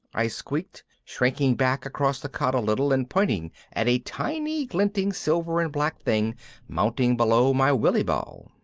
i squeaked, shrinking back across the cot a little and pointing at a tiny glinting silver-and-black thing mounting below my willy-ball.